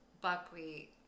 buckwheat